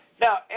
Now